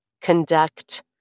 conduct